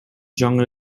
жаңы